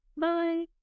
Bye